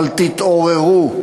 אבל תתעוררו,